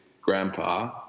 grandpa